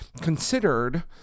considered